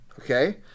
Okay